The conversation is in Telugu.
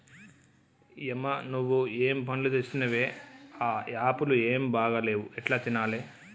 యమ్మ నువ్వు ఏం పండ్లు తెచ్చినవే ఆ యాపుళ్లు ఏం బాగా లేవు ఎట్లా తినాలే